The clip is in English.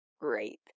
great